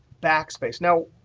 backspace. now,